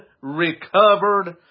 recovered